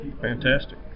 fantastic